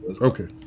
Okay